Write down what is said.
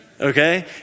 okay